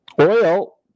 Oil